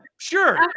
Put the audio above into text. Sure